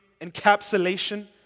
encapsulation